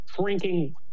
drinking